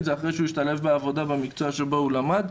אחרי שהשתלב בעבודה במקצוע בו הוא למד.